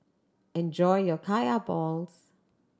enjoy your Kaya balls